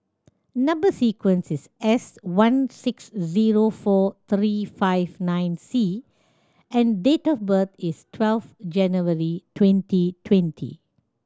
number sequence is S one six zero four three five nine C and date of birth is twelve January twenty twenty